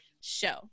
show